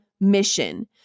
mission